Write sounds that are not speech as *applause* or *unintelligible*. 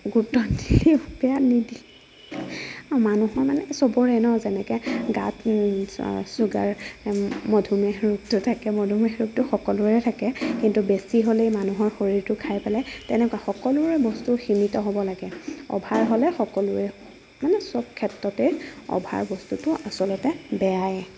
গুৰুত্ব দি *unintelligible* মানুহক মানে চবৰে ন যেনেকে গাত চুগাৰ মধুমেহ ৰোগটো থাকে মধুমেহ ৰোগটো সকলোৰে থাকে কিন্তু বেছি হ'লেই মানুহৰ শৰীৰটো খাই পেলায় তেনেকুৱা সকলোৰে বস্তু সীমিত হ'ব লাগে অভাৰ হ'লে সকলোৰে মানে চব ক্ষেত্ৰতে অভাৰ বস্তুটো আচলতে বেয়ায়ে